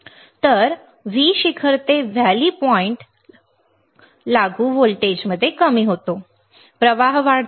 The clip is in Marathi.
मी जे पाहतो ते म्हणजे V शिखर ते व्हॅली पॉईंट लागू व्होल्टेज कमी होतो प्रवाह वाढते